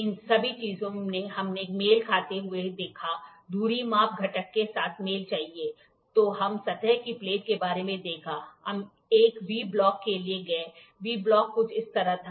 इन सभी चीजों को हमने मेल खाते हुए देखा धुरी मापा घटक के साथ मेल चाहिए तो हम सतह की प्लेट के बारे में देखा हम एक वी ब्लॉक के लिए गए वी ब्लॉक कुछ इस तरह था